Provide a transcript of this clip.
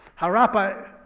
Harappa